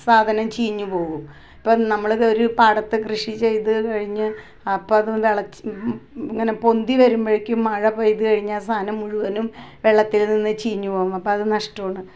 സാധനം ചീഞ്ഞുപോവും ഇപ്പം നമ്മള് ഒരു പാടത്ത് കൃഷി ചെയ്ത് കഴിഞ്ഞ് അപ്പോൾ അതൊന്ന് ഇളക്കി ഇങ്ങനെ പൊന്തി വരുമ്പോഴേക്കും മഴ പെയ്ത് കഴിഞ്ഞാൽ ആ സാധനം മുഴുവനും വെള്ളത്തിൽ നിന്ന് ചീഞ്ഞു പോവും അപ്പോൾ അത് നഷ്ടമാണ്